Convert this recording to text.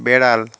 বেড়াল